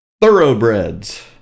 Thoroughbreds